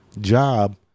job